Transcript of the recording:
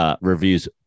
reviews